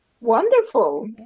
wonderful